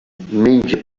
menja